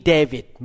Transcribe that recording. David